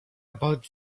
about